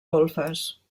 golfes